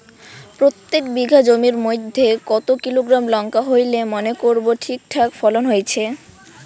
প্রত্যেক বিঘা জমির মইধ্যে কতো কিলোগ্রাম লঙ্কা হইলে মনে করব ঠিকঠাক ফলন হইছে?